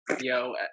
Yo